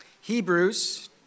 Hebrews